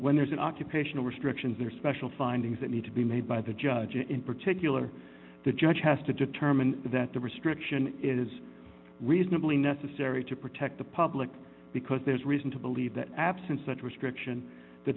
when there's an occupational restrictions or special findings that need to be made by the judge or in particular the judge has to determine that the restriction is reasonably necessary to protect the public because there's reason to believe that absent such restriction t